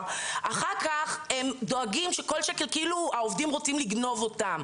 אחר כך הם דואגים שכל שקל העובדים רוצים לגנוב אותו,